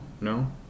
No